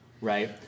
right